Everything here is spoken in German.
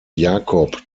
jakob